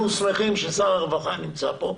אנחנו שמחים ששר הרווחה נמצא כאן.